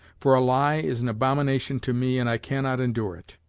for a lie is an abomination to me and i can not endure it.